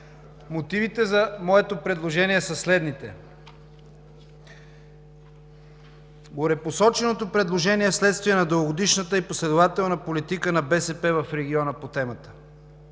Мотивите за моето предложение са следните: горепосоченото предложение е вследствие на дългогодишната и последователна политика на БСП в региона по темата.